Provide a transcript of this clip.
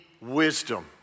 wisdom